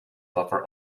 buffer